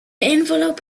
envelope